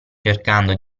cercando